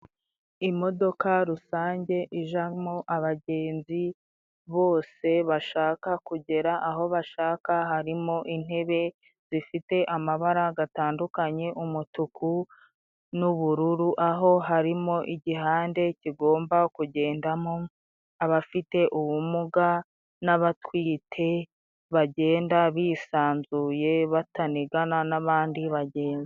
Imodoka rusange ijemo abagenzi bose bashaka kugera aho bashaka. Harimo intebe zifite amabara gatandukanye, umutuku n'ubururu, aho harimo igihande kigomba kugendamo abafite ubumuga n'abatwite, bagenda bisanzuye batanigana n'abandi bagenzi.